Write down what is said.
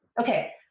Okay